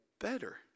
better